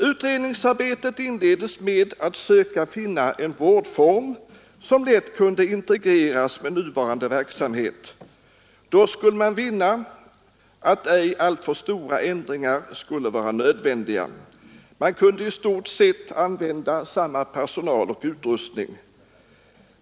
Utredningsarbetet inleddes med att man sökte finna en vårdform som lätt kunde integreras med nuvarande verksamhet. Då skulle man finna att ej alltför stora ändringar blev nödvändiga. Man kunde i stort sett använda samma personal och utrustning.